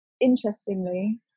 interestingly